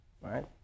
right